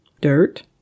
dirt